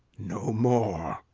no more!